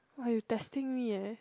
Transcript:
!wah! you testing me ya